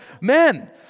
men